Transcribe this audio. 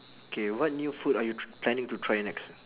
K what new food are you tr~ planning to try next